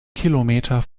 kilometer